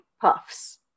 puffs